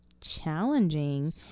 challenging